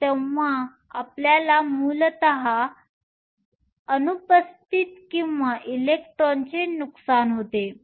तेव्हा आपल्याला मूलतः अनुपस्थिती किंवा इलेक्ट्रॉनचे नुकसान होते